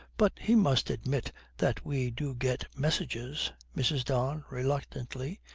but he must admit that we do get messages mrs. don, reluctantly,